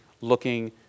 looking